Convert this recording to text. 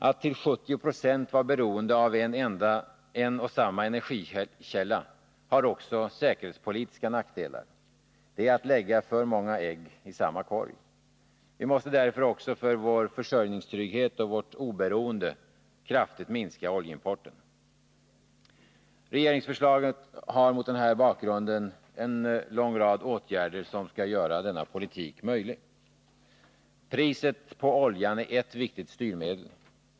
Att till 70 26 vara beroende av en och samma energikälla har också säkerhetspolitiska nackdelar. Det är att lägga för många ägg i samma korg. Vi måste därför också för vår försörjningstrygghet och vårt obereonde kraftigt minska oljeimporten. Regeringsförslaget innebär en lång rad åtgärder som skall göra denna politik möjlig. Priset på oljan är ett viktigt styrmedel.